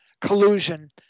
collusion